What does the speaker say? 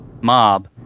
mob